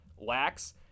lacks